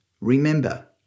Remember